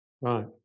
right